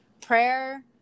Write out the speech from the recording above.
prayer